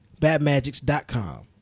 Badmagics.com